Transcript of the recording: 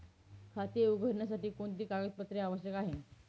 खाते उघडण्यासाठी कोणती कागदपत्रे आवश्यक आहे?